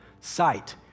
Sight